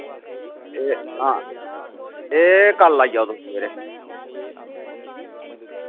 एह् हां एह् कल आई जाओ तुस सवेरै